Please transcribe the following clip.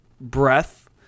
breath